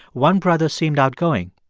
one brother seemed outgoing,